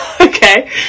okay